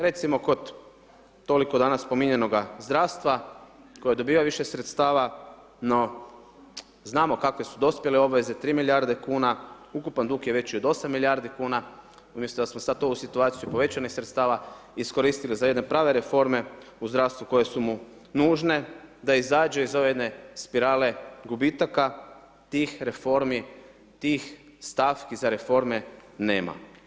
Recimo kod, toliko danas spomenutog, zdravstva, koji dobiva više sredstava, no znamo kakve su dospjele obveze, 3 milijarde kuna, ukupan dug je veći od 8 milijardi kuna, umjesto da smo sad ovu situaciju povećanih sredstava iskoristili za jedne prave reforme u zdravstvu koje su mu nužne da izađe iz ove jedne spirale gubitaka, tih reformi, tih stavki za reforme, nema.